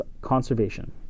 conservation